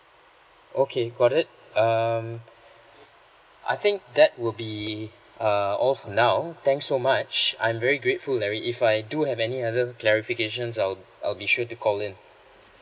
okay got it um I think that would be uh all for now thanks so much I'm very grateful larry if I do have any other clarifications I'll I'll be sure to call in